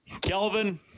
Kelvin